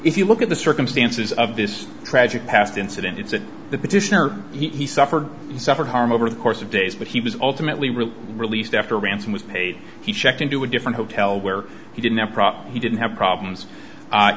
if you look at the circumstances of this tragic past incident it's at the petitioner he suffered he suffered harm over the course of days but he was ultimately really released after a ransom was paid he checked into a different hotel where he didn't have proper he didn't have problems